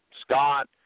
Scott